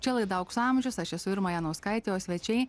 čia laida aukso amžius aš esu irma janauskaitė o svečiai